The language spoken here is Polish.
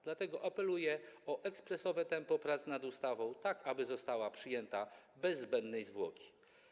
Dlatego apeluję o ekspresowe tempo prac nad ustawą, tak aby została przyjęta bez zbędnej zwłoki.